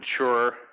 mature